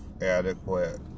adequate